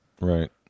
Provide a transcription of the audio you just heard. Right